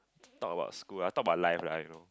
talk about school uh talk about life lah I know